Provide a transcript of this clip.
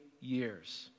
years